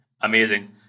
amazing